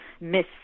Miss